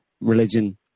religion